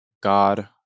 God